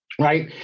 right